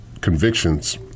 convictions